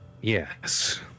yes